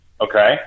Okay